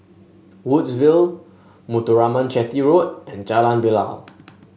Woodsville Muthuraman Chetty Road and Jalan Bilal